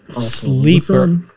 sleeper